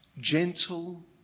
gentle